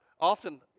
often